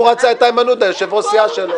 הוא רצה את איימן עודה יושב-ראש סיעה שלו.